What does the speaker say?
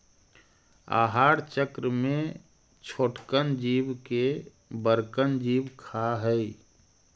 आहार चक्र में छोटकन जीव के बड़कन जीव खा हई